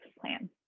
plan